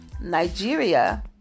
Nigeria